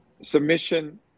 submission